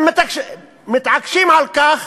הם מתעקשים על כך